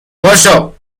پاشو